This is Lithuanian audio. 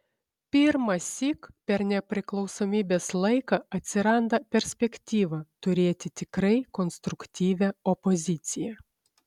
pirmąsyk per nepriklausomybės laiką atsiranda perspektyva turėti tikrai konstruktyvią opoziciją